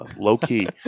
low-key